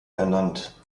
ernannt